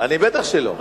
אני בטח שלא,